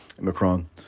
Macron